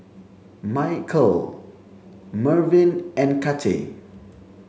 Michael Mervyn and Kacey